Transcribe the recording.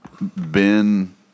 Ben